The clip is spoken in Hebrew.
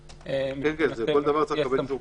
ואז הפיקוח המקומי צריך לעשות.